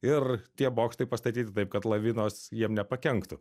ir tie bokštai pastatyti taip kad lavinos jiem nepakenktų